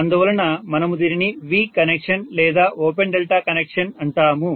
అందువలన మనము దీనిని V కనెక్షన్ లేదా ఓపెన్ డెల్టా కనెక్షన్ అంటాము